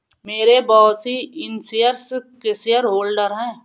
मेरे बॉस ही इन शेयर्स के शेयरहोल्डर हैं